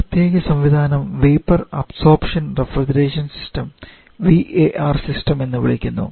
ഈ പ്രത്യേക സംവിധാനം vapour absorption refrigeration system VAR system എന്ന് വിളിക്കുന്നു